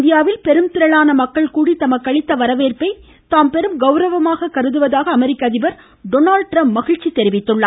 இந்தியாவில் பெரும்திரளான மக்கள் கூடி தமக்கு அளித்த வரவேந்பை தாம் பெரும் கௌரவமாக கருதுவதாக அமெரிக்க அதிபர் டொனால்ட் ட்ரம்ப் மகிழ்ச்சி தெரிவித்துள்ளார்